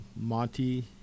Monty